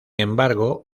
embargo